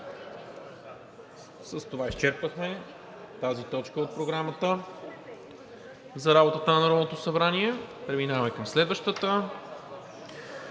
С това изчерпахме тази точка от Програмата за работата на Народното събрание. Преминаваме към следващата